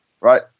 right